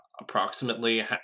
approximately